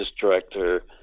director